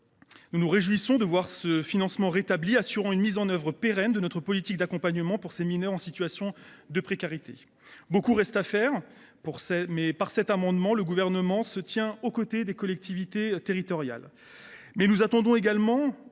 Nous nous réjouissons que ce financement soit rétabli ; cela assurera une mise en œuvre pérenne de notre politique d’accompagnement de ces mineurs en situation de précarité. Beaucoup reste à faire, mais par cet amendement, le Gouvernement se tient aux côtés des collectivités territoriales. Nous attendons également